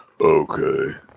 okay